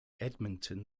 edmonton